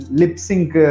lip-sync